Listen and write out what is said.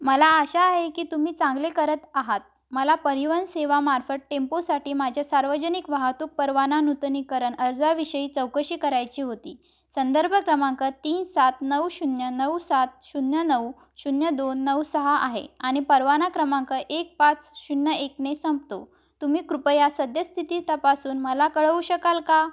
मला आशा आहे की तुम्ही चांगले करत आहात मला परिवहन सेवामार्फत टेम्पोसाठी माझ्या सार्वजनिक वाहतूक परवाना नूतनीकरण अर्जाविषयी चौकशी करायची होती संदर्भ क्रमांक तीन सात नऊ शून्य नऊ सात शून्य नऊ शून्य दोन नऊ सहा आहे आणि परवाना क्रमांक एक पाच शून्य एकने संपतो तुम्ही कृपया सद्यस्थिती तपासून मला कळवू शकाल का